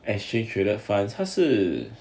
exchange traded funds 踏是